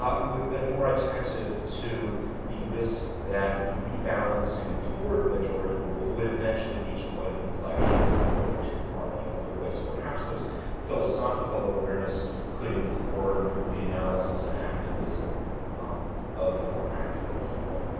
but we would have been more attentive to the risk that the rebalancing toward majority rule would eventually reach a point of inflection and go too far the other way. so perhaps this philosophical awareness could inform the analysis and activism um of the more practical people.